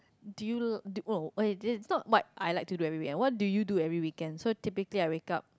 do you l~ oh eh this it's not what I like to do every weekend what do you do every weekend so typically I wake up